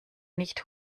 nicht